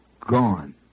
Gone